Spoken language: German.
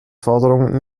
forderungen